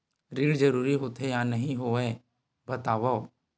ऋण जरूरी होथे या नहीं होवाए बतावव?